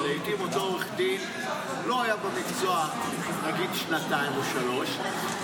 כי לעיתים אותו עורך דין לא היה במקצוע נגיד שנתיים או שלוש,